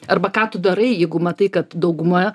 arba ką tu darai jeigu matai kad dauguma